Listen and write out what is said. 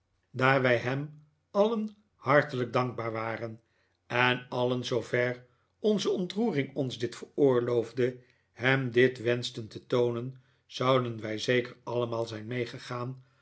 wij hem alien hartelijk dankbaar waren en alien zoover onze ontroering ons dit veroorloofde hem dit wenschten te toonen zouden wij zeker allemaal zijn meegegaan